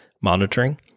monitoring